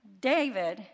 David